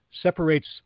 separates